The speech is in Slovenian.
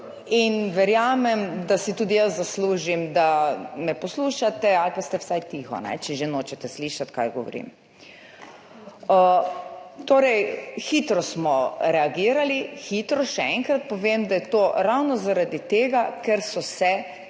Verjamem, da si tudi jaz zaslužim, da me poslušate ali pa ste vsaj tiho, če že nočete slišati, kaj govorim. Torej, hitro smo reagirali. Hitro. Še enkrat povem, da je to ravno zaradi tega, ker so se